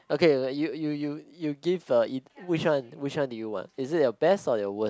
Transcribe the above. okay you you you you give uh which one which one do you want is it your best or your worst